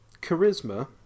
charisma